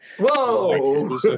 Whoa